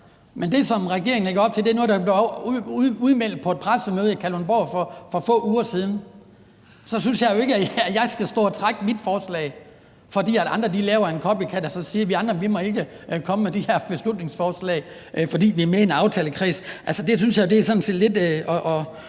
Men det, som regeringen lægger op til, er noget, der blev udmeldt på et pressemøde i Kalundborg for få uger siden. Så synes jeg jo ikke, at jeg skal stå og trække mit forslag, fordi andre laver en copycat og siger, at vi andre ikke må komme med de her beslutningsforslag, fordi vi er med i en aftalekreds. Det synes jeg sådan set lidt